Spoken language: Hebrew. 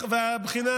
הבחינה,